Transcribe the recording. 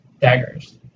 Daggers